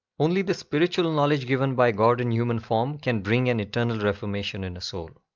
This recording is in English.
only the spiritual knowledge given by god-in-human-form can bring an eternal reformation in a soul.